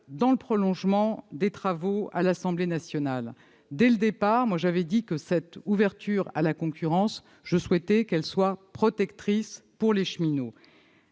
dans le prolongement des travaux de l'Assemblée nationale. Dès le départ, j'ai dit que, l'ouverture à la concurrence, je la souhaitais protectrice pour les cheminots.